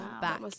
back